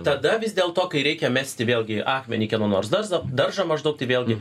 tada vis dėlto kai reikia mesti vėlgi akmenį į kieno nors darzą daržą maždaug tai vėlgi